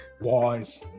Wise